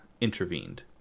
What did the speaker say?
intervened